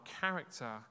character